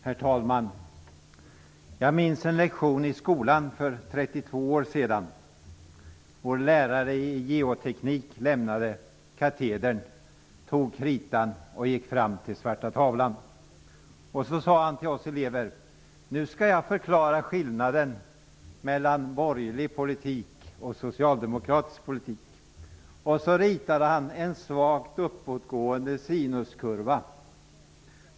Herr talman! Jag minns en lektion i skolan för 32 år sedan. Vår lärare i geoteknik lämnade katedern, tog kritan och gick fram till svarta tavlan. Så sade han till oss elever: Nu skall jag förklara skillnaden mellan borgerlig politik och socialdemokratisk politik. Sedan ritade han en svagt uppåtgående sinuskurva.